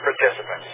participants